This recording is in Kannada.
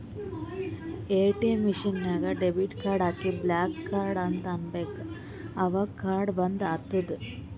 ಎ.ಟಿ.ಎಮ್ ಮಷಿನ್ ನಾಗ್ ಡೆಬಿಟ್ ಕಾರ್ಡ್ ಹಾಕಿ ಬ್ಲಾಕ್ ಕಾರ್ಡ್ ಅಂತ್ ಅನ್ಬೇಕ ಅವಗ್ ಕಾರ್ಡ ಬಂದ್ ಆತ್ತುದ್